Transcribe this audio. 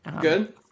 good